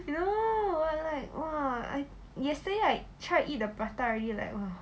!aiyo! !wah! like !wah! I yesterday I tried eat prata already like !wah!